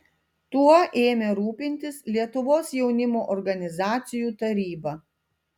tuo ėmė rūpintis lietuvos jaunimo organizacijų taryba